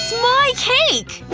my cake!